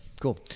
Cool